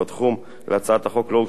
להצעת החוק לא הוגשו הסתייגויות,